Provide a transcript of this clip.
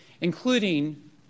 including